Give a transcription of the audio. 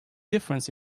difference